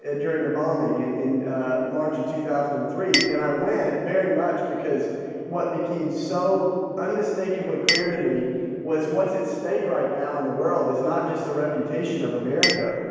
ah during the bombing and in ah march of two thousand and three, and i went very much because what became so unmistakably clear to me was what's at stake right now in the world is not just the reputation of america,